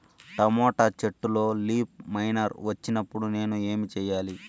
Tomato చెట్టులో leaf miner వచ్చినప్పుడు నేను ఏమి చెయ్యాలి?